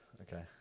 Okay